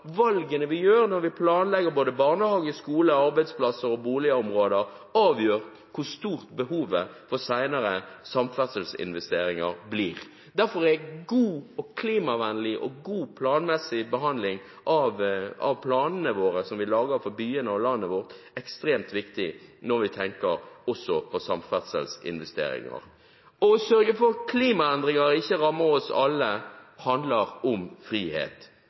valgene vi tar, når vi planlegger både barnehage, skole, arbeidsplasser og boligområder, avgjør hvor stort behovet for senere samferdselsinvesteringer blir. Derfor er klimavennlig og god, planmessig behandling av planene som vi lager for byene og landet vårt, ekstremt viktig når vi også tenker på samferdselsinvesteringer. Å sørge for at klimaendringer ikke rammer oss alle, handler om frihet